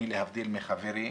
אני להבדיל מחברי,